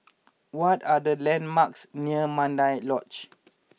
what are the landmarks near Mandai Lodge